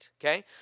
okay